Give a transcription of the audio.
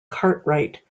cartwright